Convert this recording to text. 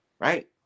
right